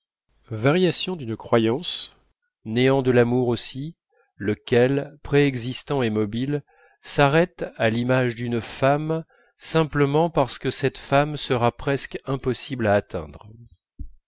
variation d'une croyance néant de l'amour aussi lequel préexistant et mobile s'arrête à l'image d'une femme simplement parce que cette femme sera presque impossible à atteindre